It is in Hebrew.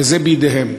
וזה בידיהם.